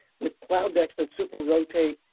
with cloud decks that superrotate,